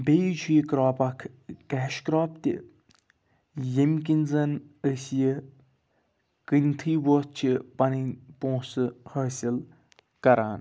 بیٚیہِ چھُ یہِ کرٛاپ اکھ کیش کرٛاپ تہِ ییٚمہِ کِنۍ زَن أسۍ یہِ کٕنۍتھٕے ووٚتھ چھِ پَنٕنۍ پونٛسہٕ حٲصل کران